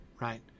Right